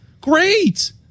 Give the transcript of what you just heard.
Great